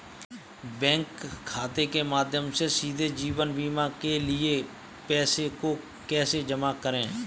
Bank खाते के माध्यम से सीधे जीवन बीमा के लिए पैसे को कैसे जमा करें?